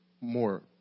more